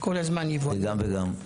גם וגם.